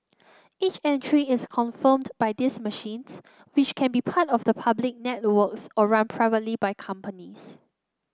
each entry is confirmed by these machines which can be part of the public networks or run privately by companies